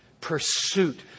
pursuit